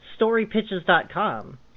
storypitches.com